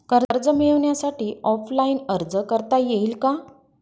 कर्ज मिळण्यासाठी ऑफलाईन अर्ज करता येईल का?